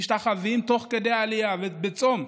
משתחווים תוך כדי העלייה, בצום,